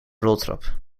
roltrap